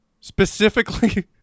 Specifically